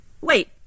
wait